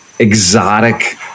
exotic